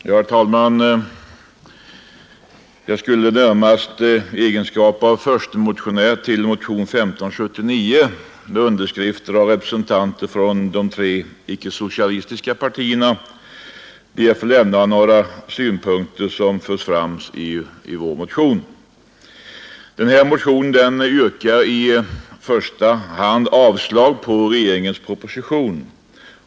Herr talman! Jag skall, närmast i egenskap av förste motionär till motionen 1579, med underskrifter av representanter från de tre icke-socialistiska partierna, be att få säga några ord till försvar för de synpunkter som förts fram i vår motion. Motionen yrkar i första hand avslag på regeringens proposition.